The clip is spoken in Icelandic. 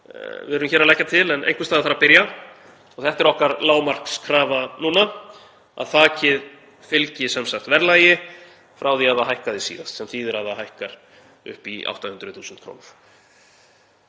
við erum hér að leggja til. En einhvers staðar þarf að byrja. Þetta er okkar lágmarkskrafa núna; að þakið fylgi verðlagi frá því að það hækkaði síðast, sem þýðir að það hækkar upp í 800.000 kr.